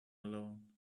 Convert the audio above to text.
alone